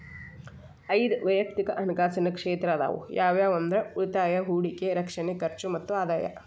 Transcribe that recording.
ಐದ್ ವಯಕ್ತಿಕ್ ಹಣಕಾಸಿನ ಕ್ಷೇತ್ರ ಅದಾವ ಯಾವ್ಯಾವ ಅಂದ್ರ ಉಳಿತಾಯ ಹೂಡಿಕೆ ರಕ್ಷಣೆ ಖರ್ಚು ಮತ್ತ ಆದಾಯ